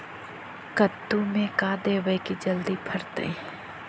कददु मे का देबै की जल्दी फरतै?